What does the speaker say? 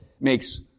makes